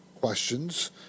questions